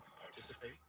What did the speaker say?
participate